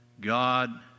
God